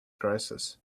crisis